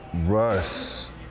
Russ